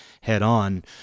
head-on